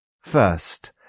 First